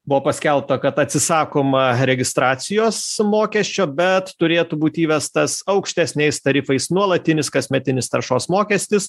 buvo paskelbta kad atsisakoma registracijos mokesčio bet turėtų būt įvestas aukštesniais tarifais nuolatinis kasmetinis taršos mokestis